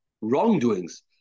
wrongdoings